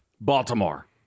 Baltimore